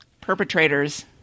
perpetrators